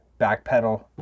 backpedal